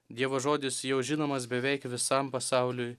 dievo žodis jau žinomas beveik visam pasauliui